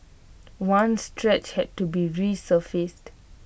one stretch had to be resurfaced